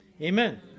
Amen